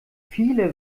viele